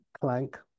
clank